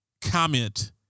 comment